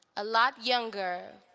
a lot younger,